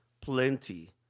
plenty